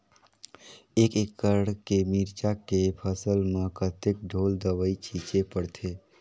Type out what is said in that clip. एक एकड़ के मिरचा के फसल म कतेक ढोल दवई छीचे पड़थे?